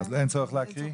אין צורך להקריא.